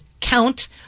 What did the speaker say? count